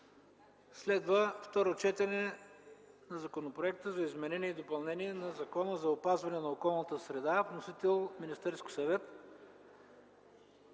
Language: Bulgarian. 12. Второ четене на Законопроекта за изменение и допълнение на Закона за опазване на околната среда (вносител: Министерски съвет,